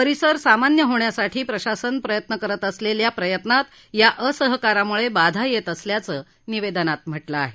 परिसर सामान्य होण्यासाठी प्रशासन करत असलेल्या प्रयत्नात या असहकारामुळे बाधा येत असल्याचं निवेदनात म्हटलं आहे